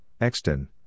Exton